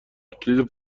کلید